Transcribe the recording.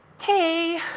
hey